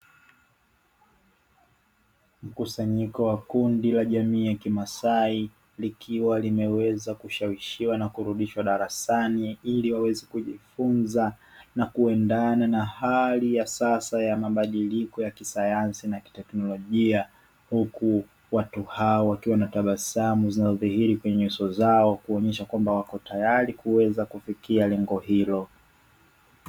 Mkusanyiko wa kundi la jamii ya kimasai likiwa limeweza kushawishiwa na kurudishwa darasani ili waweze kujifunza na kuendana na hali ya sasa ya mabadiliko ya kisayansi na kiteknolojia huku watu hao wakiwa na tabasamu zinazodhihiri kwenye nyuso zao kuonyesha kwamba wako tayari kuweza kufikia lengo hilo.